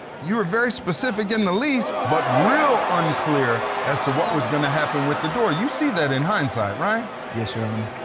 you were very specific in the lease, but real unclear as to what was going to happen with the door. you see that in hindsight, right? yes, your honor.